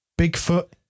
Bigfoot